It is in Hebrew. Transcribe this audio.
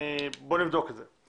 בואו נבדוק את זה.